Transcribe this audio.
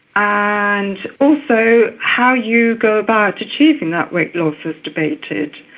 ah and also how you go about achieving that weight loss is debated.